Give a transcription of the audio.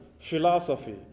philosophy